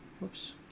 whoops